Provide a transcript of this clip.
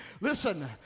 Listen